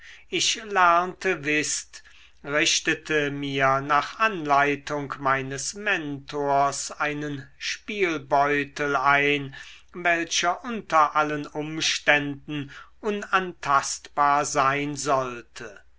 ich lernte whist richtete mir nach anleitung meines mentors einen spielbeutel ein welcher unter allen umständen unantastbar sein sollte